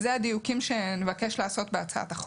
אלה הדיוקים שנבקש לעשות בהצעת החוק.